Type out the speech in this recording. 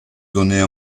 donner